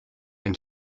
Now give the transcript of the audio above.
and